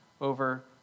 over